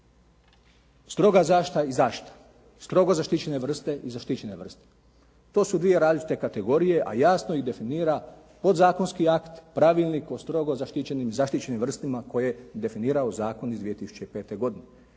Stroga zaštita i zaštita. Strogo zaštićene vrste i zaštićene vrste. To su dvije različite kategorije a jasno ih definira podzakonski akt, pravilnik o strogo zaštićenim i zaštićenim vrstama koje je definirao zakon iz 2005. godine.